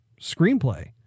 screenplay